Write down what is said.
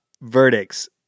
verdicts